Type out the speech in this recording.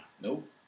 Nope